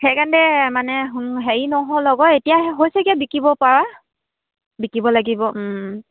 সেইকাৰণে মানে হেৰি নহ'ল আকৌ এতিয়া হৈছেগৈ বিকিব পৰা বিকিব লাগিব